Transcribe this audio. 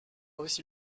aussi